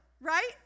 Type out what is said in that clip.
right